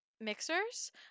mixers